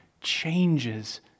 changes